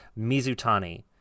Mizutani